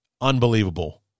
unbelievable